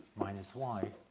minus y